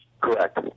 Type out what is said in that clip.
Correct